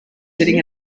sitting